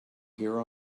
hear